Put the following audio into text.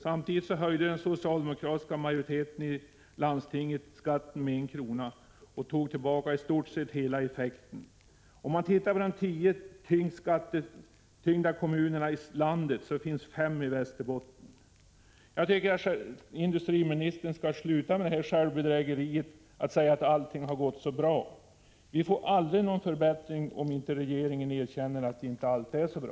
Samtidigt höjde den socialdemokratiska majoriteten i landstinget skatten med en krona och tog tillbaka i stort hela effekten av Robin Hood-skatten. Om man tittar på de tio mest skattetyngda kommunerna i landet finner man att fem ligger i Västerbotten. Jag tycker att industriministern skall sluta j 169 med självbedrägeriet att allting gått bra. Vi får aldrig någon förbättring, om inte regeringen erkänner att allting inte är så bra.